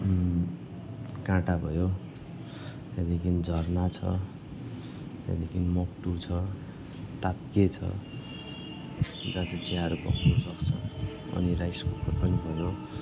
काँटा भयो त्यहाँदेखि झर्ना छ त्यहाँदेखि मक्टु छ ताप्के छ जसले चाहिँ चियाहरू पकाउन सक्छ अनि राइस कुकर पनि भयो